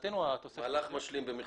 מהלך משלים במחזור.